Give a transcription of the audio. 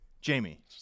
Jamie